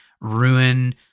ruin